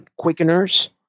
Quickeners